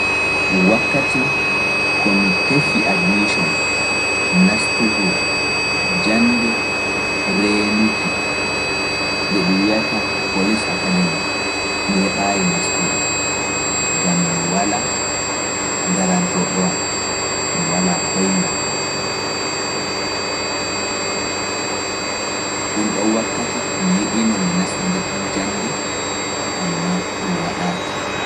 Wakkati ko mi tefi admission naftugo jaande reenuki nde ɗum wi’ata Polis Akademi, mi heɓaayi naftugo, gam mi walaa darantooɗo am, mi walaa koyngal. Ɗum ɗoon wakkati mi yiɗiino mi nasta nden ɗon jaande, ammaa ɗum waɗaaki.